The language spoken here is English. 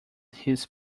his